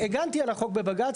הגנתי על החוק בבג"ץ,